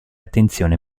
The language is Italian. attenzione